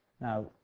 Now